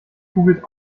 kugelt